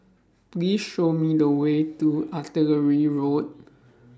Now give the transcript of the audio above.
Please Show Me The Way to Artillery Road